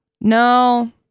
No